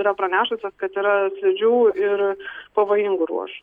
yra pranešusios kad yra slidžių ir pavojingų ruožų